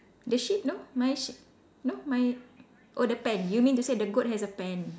the sheep no my sheep no my oh the pen you mean to say the goat has a pen